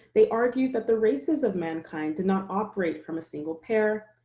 they argued that the races of mankind did not operate from a single pair.